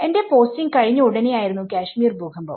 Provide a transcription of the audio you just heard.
എന്റെ പോസ്റ്റിംഗ് കഴിഞ്ഞ ഉടനെയായിരുന്നു കാശ്മീർ ഭൂകമ്പം